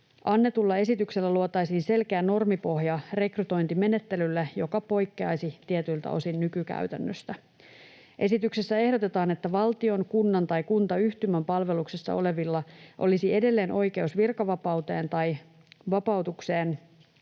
Annetulla esityksellä luotaisiin selkeä normipohja rekrytointimenettelylle, joka poikkeaisi tietyiltä osin nykykäytännöstä. Esityksessä ehdotetaan, että valtion, kunnan tai kuntayhtymän palveluksessa olevilla olisi edelleen oikeus virkavapauteen tai vapautukseen